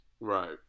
Right